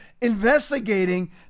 investigating